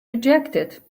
rejected